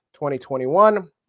2021